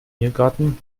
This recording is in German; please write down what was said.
irrgarten